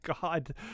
god